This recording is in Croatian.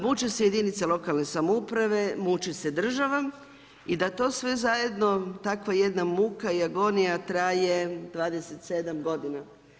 Muče se jedinice lokalne samouprave, muči se država i da to sve zajedno, takva jedna muka i agonija traje 27 godina.